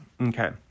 Okay